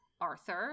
Arthur